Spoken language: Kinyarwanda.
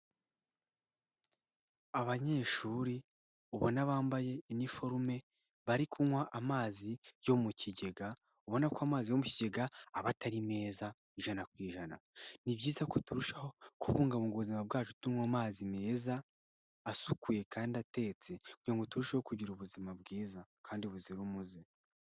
Abanyeshuri ubona bambaye iniforume, bari kunywa amazi yo mu kigega, ubona ko amazi yo mu kigega aba atari meza ijana ku ijana. Ni byiza ko turushaho kubungabunga ubuzima bwacu, tunywa amazi meza asukuye kandi atetse kugira ngo turusheho kugira ubuzima bwiza kandi buzira umuze.